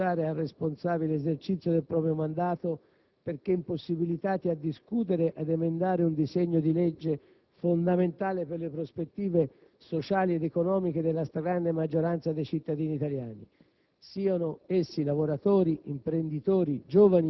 dall'altra, parlamentari che vengono costretti a rinunciare al responsabile esercizio del proprio mandato, perché impossibilitati a discutere ed emendare un disegno di legge fondamentale per le prospettive sociali ed economiche della stragrande maggioranza dei cittadini italiani,